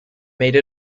made